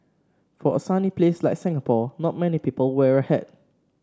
for a sunny place like Singapore not many people wear a hat